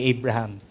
Abraham